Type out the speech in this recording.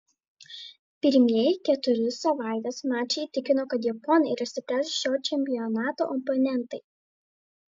pirmieji keturi savaitės mačai įtikino kad japonai yra stipriausi šio čempionato oponentai